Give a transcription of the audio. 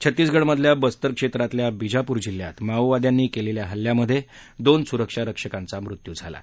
छत्तीसगढमधल्या बस्तर क्षेत्रातल्या विजापूर जिल्ह्यात माओवाद्यांनी केलेल्या हल्ल्यामध्ये दोन सुरक्षारक्षकांचा मृत्यू झाला आहे